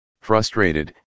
frustrated